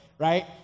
Right